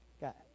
got